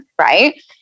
Right